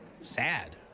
sad